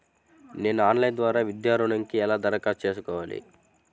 నేను ఆన్లైన్ ద్వారా విద్యా ఋణంకి ఎలా దరఖాస్తు చేసుకోవాలి?